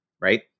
right